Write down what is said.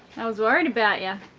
i was worried about ya